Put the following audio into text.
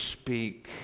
speak